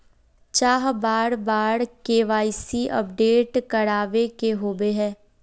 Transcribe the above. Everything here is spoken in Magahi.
चाँह बार बार के.वाई.सी अपडेट करावे के होबे है?